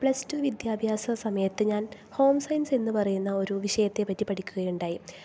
plus two വിദ്യാഭ്യാസ സമയത്ത് ഞാൻ ഹോം സയൻസ് എന്ന് പറയുന്ന ഒരു വിഷയത്തെ പറ്റി പഠിക്കുകയുണ്ടായി